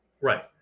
right